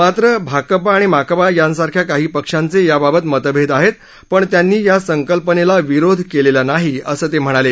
मात्र भाकपा आणि माकपा यांसारख्या काही पक्षांचे याबाबत मतभेद आहेत पण त्यांनी या संकल्पनेला विरोध केलेला नाही असं ते म्हणाले